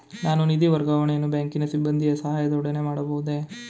ನಾನು ನಿಧಿ ವರ್ಗಾವಣೆಯನ್ನು ಬ್ಯಾಂಕಿನ ಸಿಬ್ಬಂದಿಯ ಸಹಾಯದೊಡನೆ ಮಾಡಬಹುದೇ?